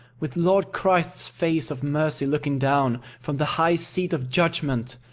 with lord christ's face of mercy looking down from the high seat of judgment,